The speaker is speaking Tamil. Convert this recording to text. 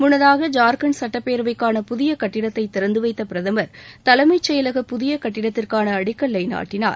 முன்னதாக ஜார்க்கன்ட் சட்டப்பேரவைக்கான புதிய கட்டிடத்தை திறந்து வைத்த பிரதமர் தலைமுச் செயலக புதிய கட்டிடத்திற்கான அடிக்கல்லை நாட்டினார்